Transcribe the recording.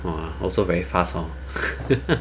!wah! also very fast hor